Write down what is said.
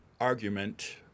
argument